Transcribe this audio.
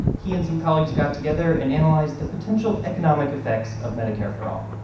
he and some colleagues got together and analyzed the potential economic effects of medicare for all.